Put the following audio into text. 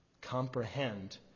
comprehend